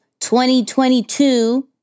2022